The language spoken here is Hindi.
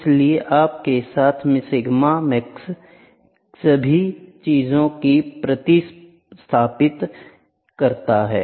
इसलिए आपके साथ सिग्मा मैक्स सभी चीजों को प्रतिस्थापित करता है